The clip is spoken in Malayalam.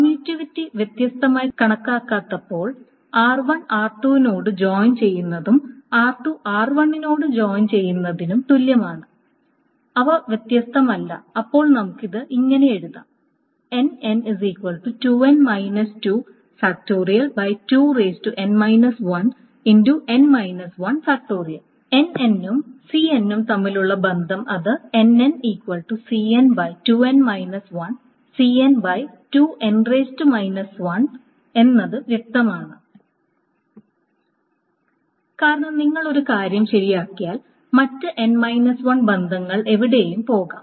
കമ്മ്യൂറ്റിവിറ്റി വ്യത്യസ്തമായി കണക്കാക്കാത്തപ്പോൾ r1 r2 നോട് ജോയിൻ ചെയ്യുന്നതും r2 r1 നോട് ജോയിൻ ചെയ്യുന്നതും തുല്യമാണ് അവവ്യത്യസ്തമല്ല അപ്പോൾ നമുക്ക് ഇത് ഇങ്ങനെ എഴുതാം Nn ഉം Cn ഉം തമ്മിലുള്ള ബന്ധം അത് എന്നത് വ്യക്തമാണ് കാരണം നിങ്ങൾ ഒരു കാര്യം ശരിയാക്കിയാൽ മറ്റ് n 1 ബന്ധങ്ങൾ എവിടെയും പോകാം